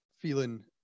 feeling